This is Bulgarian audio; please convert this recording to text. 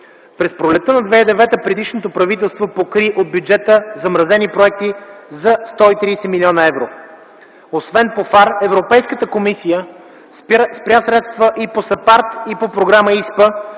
През пролетта на 2009 г. предишното правителство покри от бюджета замразени проекти за 130 млн. евро. Освен по ФАР, Европейската комисия спря средства и по САПАРД и ИСПА,